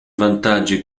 vantaggi